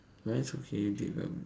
once okay did um